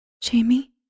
Jamie